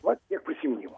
vat tiek prisiminimų